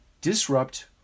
Disrupt